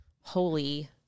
holy